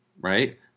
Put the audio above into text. right